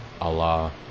Allah